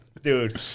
Dude